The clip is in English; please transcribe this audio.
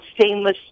stainless